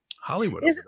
Hollywood